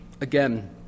Again